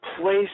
place